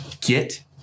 Get